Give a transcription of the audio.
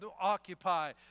occupy